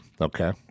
Okay